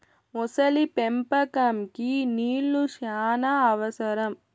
మొసలి పెంపకంకి నీళ్లు శ్యానా అవసరం